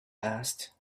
asked